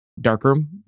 Darkroom